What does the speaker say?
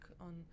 on